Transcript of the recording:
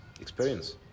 experience